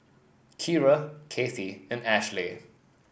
Keira Cathey and Ashleigh